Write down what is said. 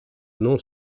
non